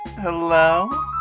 Hello